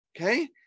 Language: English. okay